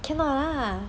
cannot lah